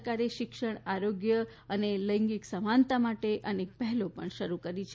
સરકારે શિક્ષણ આરોગ્ય અને લૈગિક સમાનતા માટેની અનેક પહેલો શરૂ કરી છે